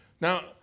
Now